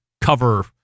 cover